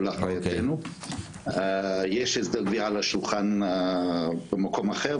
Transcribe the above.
--- יש הסדר גבייה על השולחן במקום אחר,